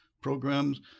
programs